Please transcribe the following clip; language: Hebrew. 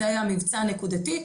זה היה מבצע נקודתי,